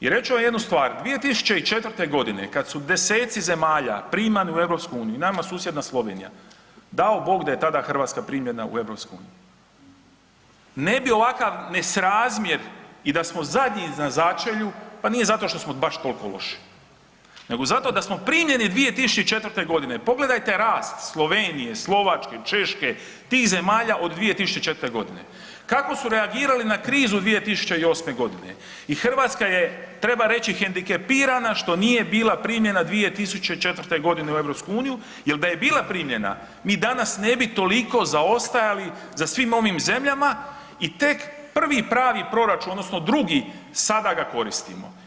I reći ću vam jednu stvar, 2004.g. kad su deseci zemalja primani u EU i nama susjedna Slovenija, dao Bog da je tada Hrvatska primljena u EU, ne bi ovakav nesrazmjer i da smo zadnji na začelju, pa nije zato što smo baš tolko loši, nego zato da smo primljeni 2004.g. Pogledajte rast Slovenije, Slovačke, Češke, tih zemalja od 2004.g., kako su reagirali na krizu 2008.g. i Hrvatska je treba reći hendikepirana što nije bila primljena 2004.g. u EU jer da je bila primljena mi danas ne bi toliko zaostajali za svim ovim zemljama i tek prvi pravi proračun odnosno drugi sada ga koristimo.